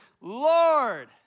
Lord